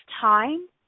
time